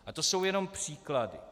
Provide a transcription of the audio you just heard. A to jsou jenom příklady.